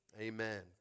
Amen